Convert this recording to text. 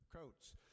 coats